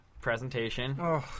presentation